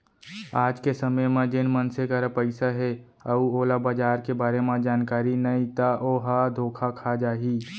आज के समे म जेन मनसे करा पइसा हे अउ ओला बजार के बारे म जानकारी नइ ता ओहा धोखा खा जाही